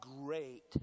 great